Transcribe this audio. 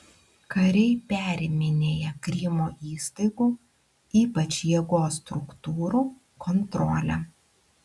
kariai periminėja krymo įstaigų ypač jėgos struktūrų kontrolę